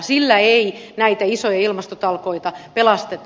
sillä ei näitä isoja ilmastotalkoita pelasteta